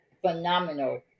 phenomenal